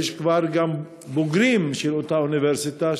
ויש כבר בוגרים של אותה אוניברסיטה,